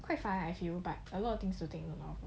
quite fun lah actually but got a lot of things to take note of